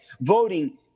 voting